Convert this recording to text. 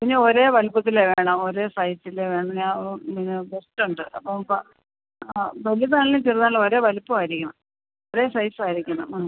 പിന്നെ ഒരേ വലിപ്പത്തിലെ വേണം ഒരേ സൈസിലെ വേണം ഞാൻ പിന്നെ ഗസ്റ്റുണ്ട് അപ്പം പ ആ വലുതായാലും ചെറുതായാലും ഒരേ വലിപ്പം ആയിരിക്കണം ഒരേ സൈസായിരിക്കണം ആ